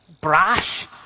brash